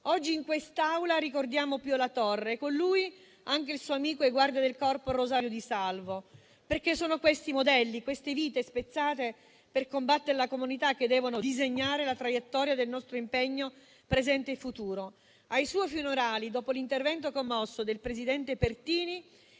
Oggi in quest'Aula ricordiamo Pio La Torre e, con lui, anche il suo amico e guardia del corpo Rosario Di Salvo, perché sono questi modelli, queste vite spezzate per combattere la comunità che devono disegnare la traiettoria del nostro impegno presente e futuro. Ai suoi funerali, dopo l'intervento commosso del presidente Pertini,